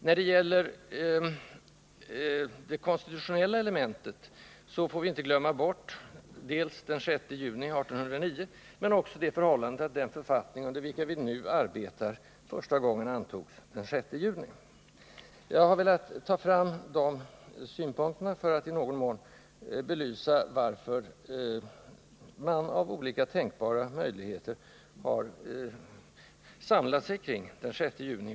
När det gäller det konstitutionella elementet kan jag hänvisa till den 6 juni dels som dagen för antagandet av 1809 års regeringsform, dels som den dag då den författning vi nu arbetar under för första gången antogs vid 1973 års riksdag. Jag har velat anföra dessa synpunkter för att i någon mån belysa varför man både tidigare och nu har samlat sig kring den 6 juni.